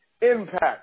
impact